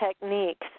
techniques